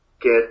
get